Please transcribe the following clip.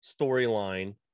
storyline